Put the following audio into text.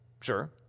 Sure